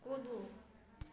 कूदू